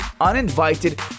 uninvited